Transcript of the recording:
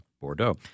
Bordeaux